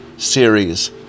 Series